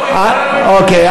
נעות וקולה לא יישמע.